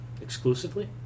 Exclusively